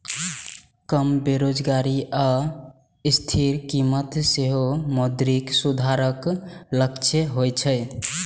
कम बेरोजगारी आ स्थिर कीमत सेहो मौद्रिक सुधारक लक्ष्य होइ छै